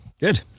Good